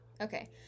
Okay